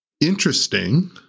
Interesting